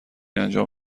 انجام